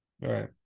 right